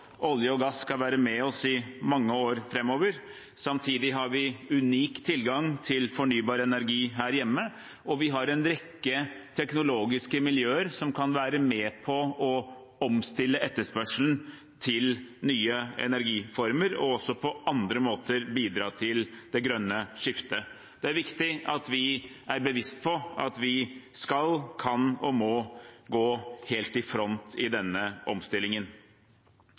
olje og gass skal være med oss i mange år framover. Samtidig har vi en unik tilgang til fornybar energi her hjemme, og vi har en rekke teknologiske miljøer som kan være med på å omstille etterspørselen til nye energiformer, og som også på andre måter kan bidra til det grønne skiftet. Det er viktig at vi er bevisste på at vi skal, kan og må gå helt i front i denne omstillingen.